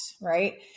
right